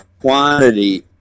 quantity